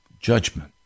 Judgment